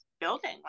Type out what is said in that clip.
building